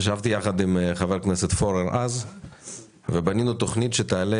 ישבתי יחד עם חבר הכנסת פורר אז ובנינו תכנית שתעלה